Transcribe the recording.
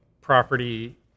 property